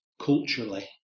culturally